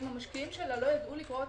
אם המשקיעים שלה לא יידעו לקרוא את